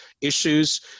issues